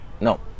No